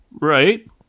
Right